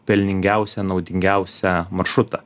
pelningiausią naudingiausią maršrutą